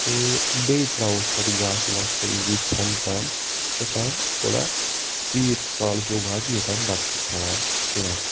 تہٕ بییٚہِ تراوٕ ہوٚس پَتہٕ گاسہٕ واسہٕ سورُے کینٛہہ کھٮ۪ن تام یوتام ٹھوڑا ژیٖرۍ کال ہیوٗ واتہِ یوتام بَتہٕ چھِ کھٮ۪وان ژیر تام